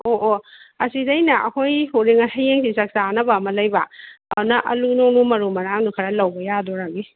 ꯑꯣ ꯑꯣ ꯑꯁꯤꯗ ꯑꯩꯅ ꯑꯩꯈꯣꯏ ꯍꯌꯦꯡꯁꯤ ꯆꯥꯛ ꯆꯥꯅꯕ ꯑꯃ ꯂꯩꯕ ꯑꯗꯨꯅ ꯑꯥꯂꯨ ꯅꯨꯡ ꯃꯔꯨ ꯃꯔꯥꯡꯗꯣ ꯈꯔ ꯂꯧꯕ ꯌꯥꯗꯣꯏꯔꯒꯤ